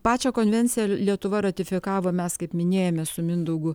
pačią konvenciją lietuva ratifikavo mes kaip minėjome su mindaugu